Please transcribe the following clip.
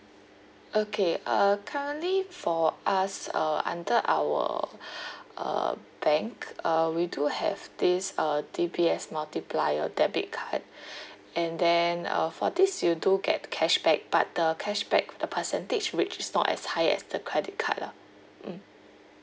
okay uh currently for us uh under our uh bank uh we do have this uh D_B_S multiplier debit card and then uh for this you do get cashback but the cashback the percentage which is not as high as the credit card lah mm